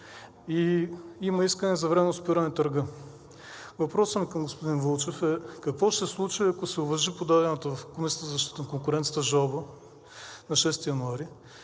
и има искане за временно спиране на търга. Въпросът ми към господин Вълчев е: какво ще случи, ако се уважи подадената в Комисията за защита на конкуренцията жалба на 6 януари,